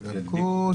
יידבקו.